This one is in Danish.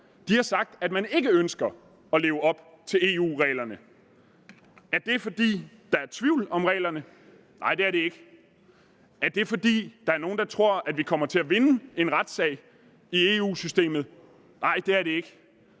har sagt, at man ikke ønsker at leve op til EU-reglerne. Er det, fordi der er tvivl om reglerne? Nej, det er det ikke. Er det, fordi der er nogen, der tror, at vi kommer til at vinde en retssag i EU-systemet? Nej, det er det ikke.